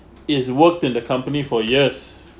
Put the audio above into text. it's worked in the company for years